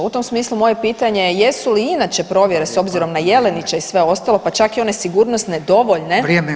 U tom smislu, moje pitanje jesu li inače provjere s obzirom na Jelenića i sve ostalo, pa čak i one sigurnosne, dovoljne,